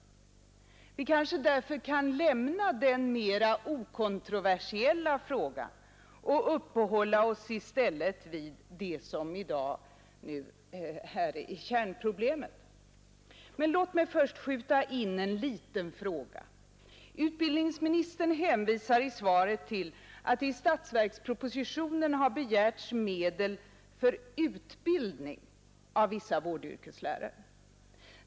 Vi kanske därför kan lämna den mera okontroversiella frågan och i stället uppehålla oss vid det som här är kärnproblemet. Men låt mig först skjuta in en liten fråga. Utbildningsministern hänvisar i svaret till att det i statsverkspropositionen har begärts medel för utbildning av vissa vårdyrkeslärare.